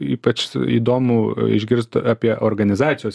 ypač įdomu išgirst apie organizacijos